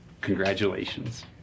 congratulations